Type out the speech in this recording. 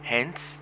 Hence